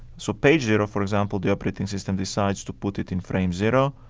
so page zero, for example, the operating system decides to put it in frame zero.